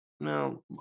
No